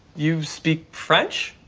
you speak french?